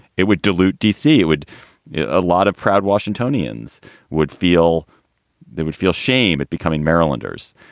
it would dilute d c. it would a lot of proud washingtonians would feel they would feel shame at becoming marylanders,